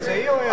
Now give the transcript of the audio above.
אמצעי או ערך?